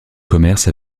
commerce